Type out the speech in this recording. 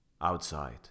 outside